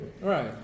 Right